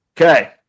Okay